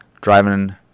driving